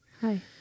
Hi